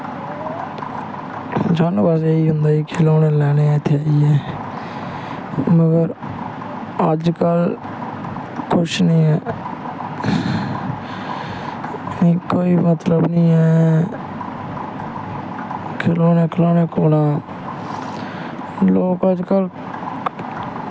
जाना बस इयै होंदा हा खलौने लैने ऐं उत्थैं जाईयै होर अजकल कुछ नी ऐ कोई मतलव नी ऐ खलौने कोला लोक अजकल